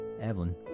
Evelyn